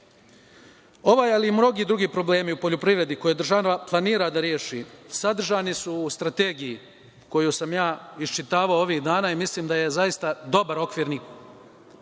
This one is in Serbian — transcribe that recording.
ali i mnogi drugi problemi u poljoprivredi koje država planira da reši sadržani su u Strategiji koju sam ja iščitavao ovih dana i mislim da je zaista dobar okvirni